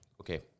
okay